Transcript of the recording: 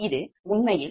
இது Pgjk